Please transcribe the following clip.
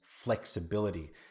flexibility